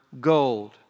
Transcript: gold